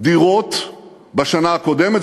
דירות בשנה הקודמת.